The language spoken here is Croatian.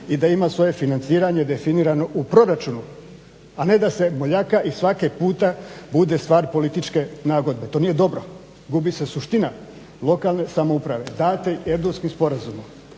i da ima svoje financiranje definirano u proračunu, a ne da se moljaka i svaki puta bude stvar političke nagodbe. To nije dobro, gubi se suština lokalne samouprave date Erdutskim sporazumom.